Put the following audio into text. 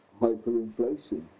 hyperinflation